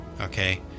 Okay